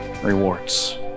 rewards